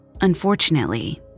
Unfortunately